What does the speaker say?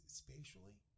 spatially